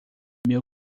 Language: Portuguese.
meu